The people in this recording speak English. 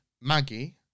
Maggie